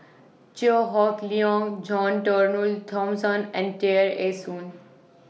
Chew Hock Leong John Turnbull Thomson and Tear Ee Soon